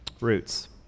roots